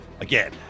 again